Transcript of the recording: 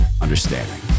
understanding